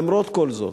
למרות כל זאת,